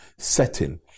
setting